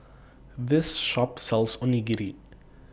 This Shop sells Onigiri